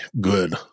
good